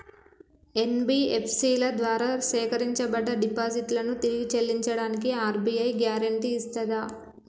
NBFC ల ద్వారా సేకరించబడ్డ డిపాజిట్లను తిరిగి చెల్లించడానికి ఆర్.బి.ఐ గ్యారెంటీ ఇస్తదా?